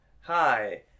Hi